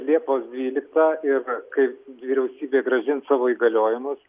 liepos dvylikta ir kai vyriausybė grąžins savo įgaliojimus